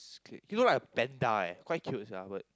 he look like a panda eh quite cute sia but